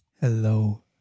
Hello